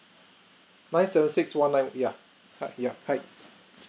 nine seven six one nine yeah ha yeah hi